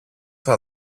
σου